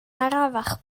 arafach